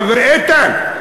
איתן,